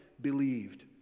believed